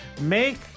make